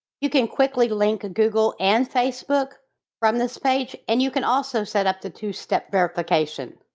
you can quickly link google and facebook from this page and you can also set up the two step verification.